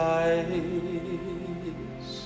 eyes